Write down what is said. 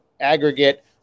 aggregate